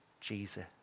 Jesus